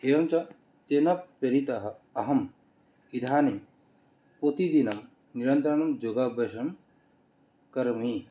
एवञ्च तेन प्रेरितः अहम् इदानीं प्रतिदिनं निरन्तरं योगाभ्यासं करोमि